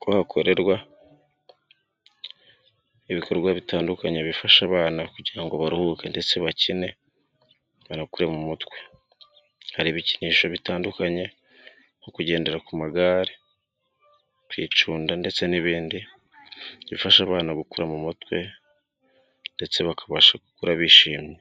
ko hakorerwa ibikorwa bitandukanye bifasha abana kugira ngo baruhuke ndetse bakine bakure mu mutwe. Aha hari ibikinisho bitandukanye, nko kugendera ku magare, kwicunda ndetse n'ibindi bifasha abana gukura mu mutwe, ndetse bakabasha gukura bishimye.